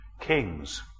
kings